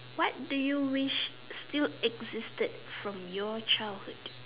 what do you wish still existed from your childhood